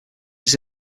its